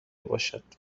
باشد